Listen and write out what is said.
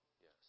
Yes